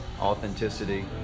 authenticity